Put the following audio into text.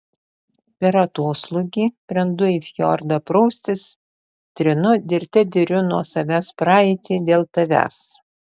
per atoslūgį brendu į fjordą praustis trinu dirte diriu nuo savęs praeitį dėl tavęs